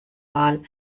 wahl